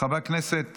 חבר הכנסת